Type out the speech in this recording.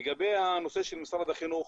לגבי הנושא של משרד החינוך,